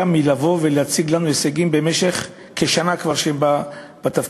מלבוא ולהציג לנו הישגים של שנה בתפקיד.